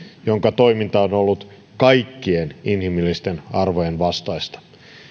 jonka toiminta on on ollut kaikkien inhimillisten arvojen vastaista